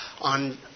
on